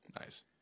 nice